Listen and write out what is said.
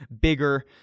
bigger